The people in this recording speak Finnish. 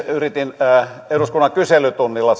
yritin eduskunnan kyselytunnilla